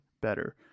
better